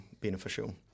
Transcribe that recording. beneficial